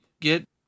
get